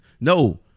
No